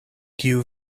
kiu